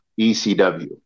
ECW